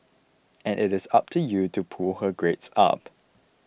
and it is up to you to pull her grades up